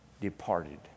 departed